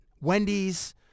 Wendy's